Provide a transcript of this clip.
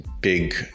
big